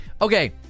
Okay